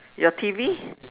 your T_V